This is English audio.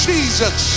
Jesus